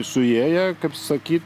suėję kaip sakyt